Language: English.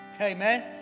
Amen